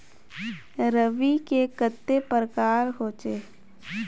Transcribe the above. रवि के कते प्रकार होचे?